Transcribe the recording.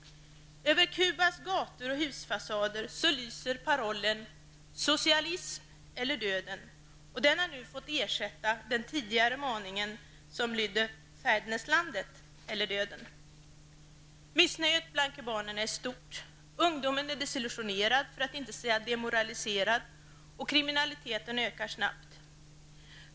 Över Kubas gator och husfasader lyser parollen ''socialism eller döden'' som har fått ersätta den tidigare maningen ''fäderneslandet eller döden''. Missnöjet bland kubanerna är stort. Ungdomen är desillusionerad, för att inte säga demoraliserad, och kriminaliteten ökar snabbt.